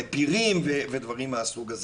לפירים ודברים מהסוג הזה.